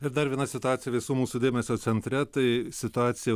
ir dar viena situacija visų mūsų dėmesio centre tai situacija